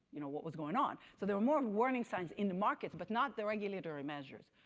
you know what was going on. so there were more of warning signs in the markets, but not the regulatory measures.